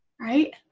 right